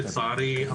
לצערי,